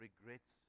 regrets